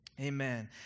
Amen